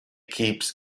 keeps